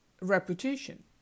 reputation